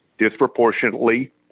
disproportionately